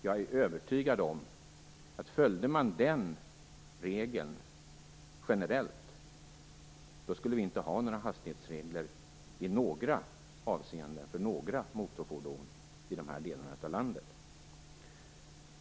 Jag är övertygad om att vi inte skulle ha några hastighetsregler för några motorfordon i dessa delar av landet om man följde den regeln generellt.